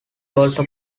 also